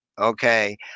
Okay